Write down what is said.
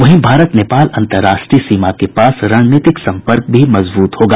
वहीं भारत नेपाल अंतर्राष्ट्रीय सीमा के पास रणनीतिक संपर्क भी मजबूत होगा